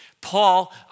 Paul